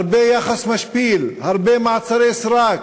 הרבה יחס משפיל, הרבה מעצרי סרק,